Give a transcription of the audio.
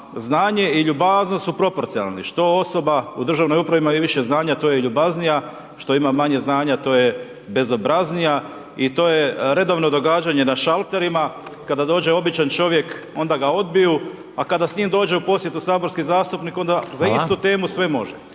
znanje i ljubaznost su proporcionalni, što osoba u državnoj upravi ima više znanja, to je ljubaznija, što ima manje znanja to je bezobraznija. I to je redovno događanje na šalterima, kada dođe običan čovjek, onda ga odbiju, a kada s njim dođe u posjetu saborski zastupnik, onda za istu temu sve može.